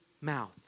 mouth